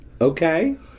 Okay